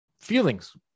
feelings